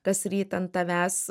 kasryt ant tavęs